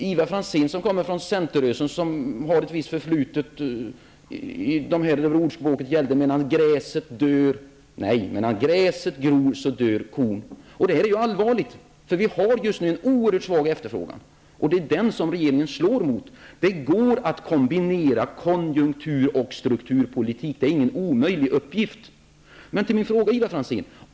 Ivar Franzén kommer ju från centerrörelsen med ett visst förflutet när det gäller ordspråket medan gräset gror dör kon. Detta är allvarligt, eftersom vi just nu har en oerhört svag efterfrågan. Och det är den som regeringen slår mot. Det går att kombinera konjunkturoch strukturpolitik. Det är inte någon omöjlig uppgift. Jag vill upprepa min fråga till Ivar Franzén.